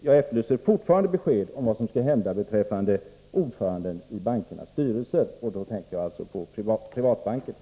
Jag efterlyser fortfarande besked om vad som skall hända beträffande ordförandena i bankernas styrelser, och då tänker jag på privatbankerna.